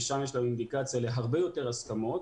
ששם יש לנו אינדיקציה להרבה יותר הסכמות,